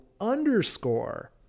underscore